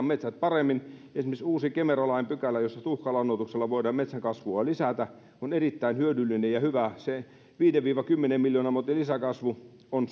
metsiä paremmin esimerkiksi kemera lain pykälä jossa tuhkalannoituksella voidaan metsän kasvua lisätä on erittäin hyödyllinen ja hyvä se viiden viiva kymmenen miljoonan motin lisäkasvu on